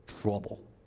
trouble